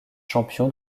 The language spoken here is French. champion